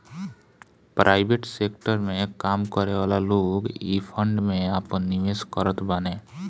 private sector में काम करेवाला लोग इ फंड में आपन निवेश करत बाने